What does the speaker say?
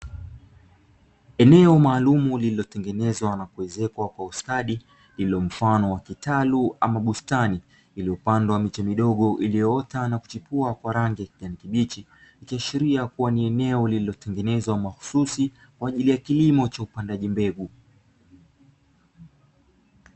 Eneo maalumu lililotengenezwa na kuezekwa kwa ustadi lililo mfano wa kitalu ama bustani iliyopandwa miti midogo iliyoota na kuchipua kwa rangi ya kijani kibichi, ikiashiria kuwa ni eneo lililotengenezwa mahususi kwaajili ya kilimo cha upandaji mbegu.